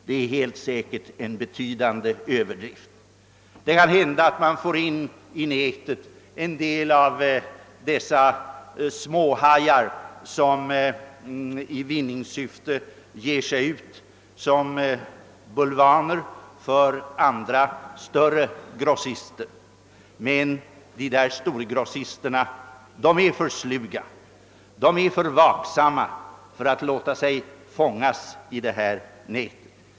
Helt säkert är detta en betydande överdrift. Det kan hända att man i nätet får in en del av dessa småhajar, som i vinningssyfte ger sig ut som bulvaner för andra, större grossister. Men storgrossisterna är säkert för sluga, de är alltför vaksamma för att låta sig fånga i det planerade nätet.